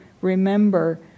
remember